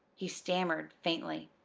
he stammered faintly.